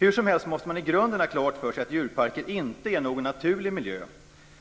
Hur som helst måste man i grunden ha klart för sig att djurparker inte är någon naturlig miljö